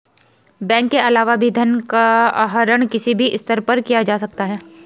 bank के अलावा भी धन का आहरण किसी भी स्तर पर किया जा सकता है